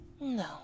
No